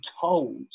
told